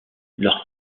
leur